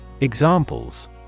Examples